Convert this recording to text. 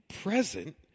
present